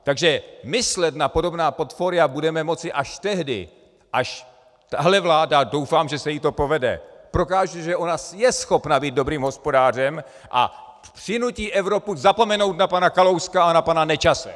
Takže myslet na podobná portfolia budeme moci až tehdy, až tahle vláda doufám, že se jí to povede prokáže, že ona je schopna být dobrým hospodářem, a přinutí Evropu zapomenout na pana Kalouska a na pana Nečase.